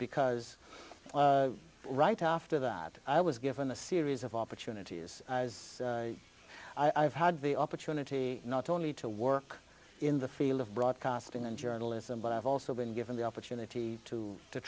because right after that i was given a series of opportunities as i've had the opportunity not only to work in the field of broadcasting and journalism but i've also been given the opportunity to t